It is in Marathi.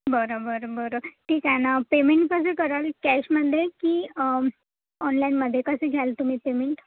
बरं बरं बरं ठीक आहे ना पेमेंट कसं कराल कॅशमध्ये की ऑनलाईनमध्ये कसं घ्याल तुम्ही पेमेंट